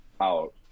out